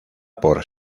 por